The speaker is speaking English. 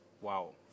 wow